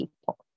people